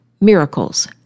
miracles